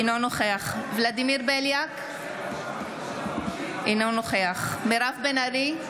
אינו נוכח ולדימיר בליאק, אינו נוכח מירב בן ארי,